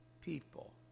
people